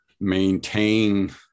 maintain